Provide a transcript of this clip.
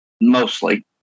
mostly